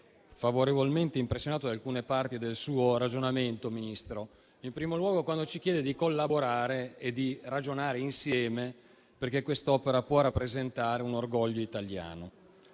favorevolmente impressionato da alcune parti del suo ragionamento, in primo luogo quando ci chiede di collaborare e di ragionare insieme, perché quest'opera può rappresentare un orgoglio italiano.